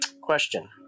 Question